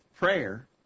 prayer